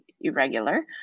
irregular